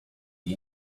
the